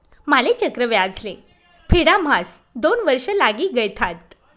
माले चक्रव्याज ले फेडाम्हास दोन वर्ष लागी गयथात